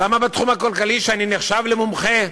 למה בתחום הכלכלי, שאני נחשב בו למומחה,